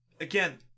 again